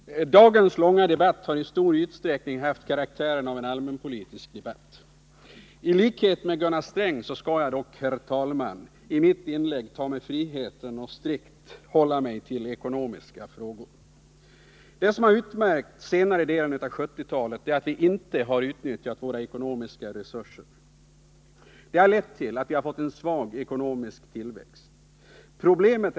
Herr talman! Dagens långa debatt har i stor utsträckning haft karaktären av allmänpolitisk debatt. I likhet med Gunnar Sträng skall jag i dag, herr talman, i mitt inlägg ta mig friheten att strikt hålla mig till samhällsekonomiska frågor. Det som utmärkt den senare delen av 1970-talet är att vi inte utnyttjat våra ekonomiska resurser. Det har lett till att vi fått en svag ekonomisk tillväxt.